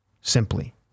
simply